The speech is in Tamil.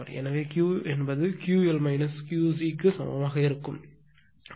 எனவே Q என்பது QL QC க்கு சமமாக இருக்கும் 3556